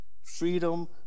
Freedom